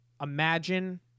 imagine